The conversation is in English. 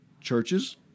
churches